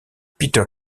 peter